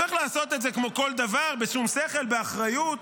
צריך לעשות את זה כמו כל דבר בשום שכל, באחריות.